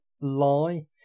lie